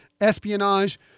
espionage